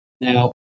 Now